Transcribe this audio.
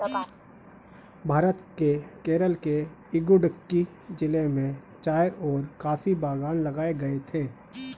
भारत के केरल के इडुक्की जिले में चाय और कॉफी बागान लगाए गए थे